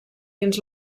dins